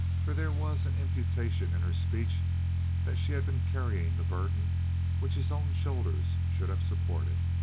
for there was an imputation in her speech that she had been carrying the burden which his own shoulders should have supported.